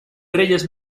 reyes